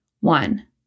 One